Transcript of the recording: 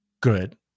good